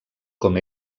com